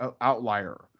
outlier